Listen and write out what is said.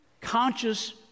conscious